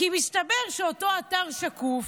כי מסתבר שאותו אתר, שקוף,